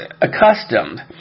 accustomed